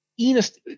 Enos